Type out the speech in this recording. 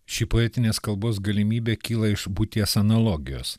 ši poetinės kalbos galimybė kyla iš būties analogijos